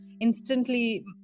instantly